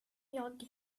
jag